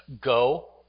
go